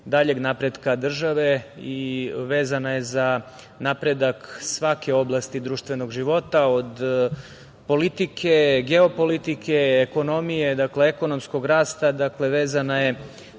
daljeg napretka države i vezana je za napredak svake oblasti društvenog života od politike, geopolitike, ekonomije, ekonomskog rasta, dakle, vezana je